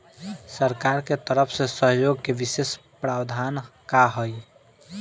सरकार के तरफ से सहयोग के विशेष प्रावधान का हई?